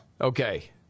Okay